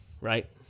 right